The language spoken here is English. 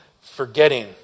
forgetting